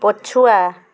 ପଛୁଆ